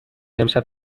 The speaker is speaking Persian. امشب